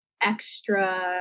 extra